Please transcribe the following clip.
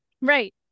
Right